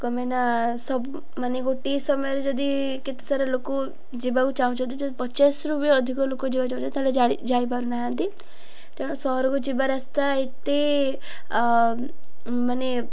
କ'ଣ ପାଇଁନା ସବୁ ମାନେ ଗୋଟିଏ ସମୟରେ ଯଦି କେତେ ସାରା ଲୋକ ଯିବାକୁ ଚାହୁଁଛନ୍ତି ଯଦି ପଚାଶରୁ ବି ଅଧିକ ଲୋକ ଯିବା ଚାହୁଁଛନ୍ତି ତାହେଲେ ଯାଇପାରୁନାହାନ୍ତି ତେଣୁ ସହରକୁ ଯିବା ରାସ୍ତା ଏତେ ମାନେ